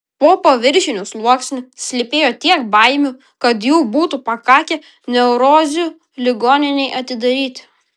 po paviršiniu sluoksniu slypėjo tiek baimių kad jų būtų pakakę neurozių ligoninei atidaryti